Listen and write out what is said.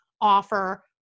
Offer